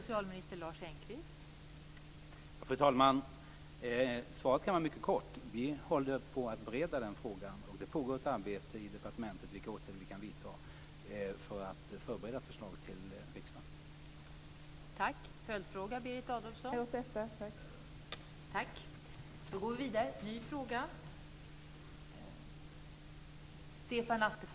Fru talman! Svaret kan vara mycket kort. Vi håller på att bereda den frågan. Det pågår ett arbete i departementet om vilka åtgärder som vi kan vidta för att förbereda förslaget till riksdagen.